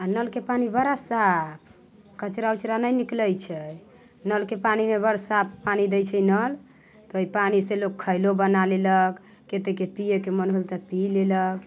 आओर नलके पानि बड़ा साफ कचरा उचरा नहि निकलै छै नलके पानिमे बड़ साफ पानि दै छै नल तऽ ओइ पानिसँ लोक खानो बना लेलक कतेके पियैके मोन भेल तऽ पी लेलक